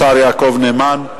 השר יעקב נאמן.